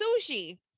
sushi